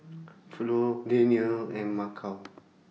Flo Daniele and Maceo